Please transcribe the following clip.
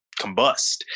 combust